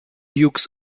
dukes